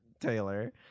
Taylor